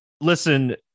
listen